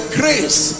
grace